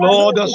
Lord